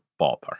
ballpark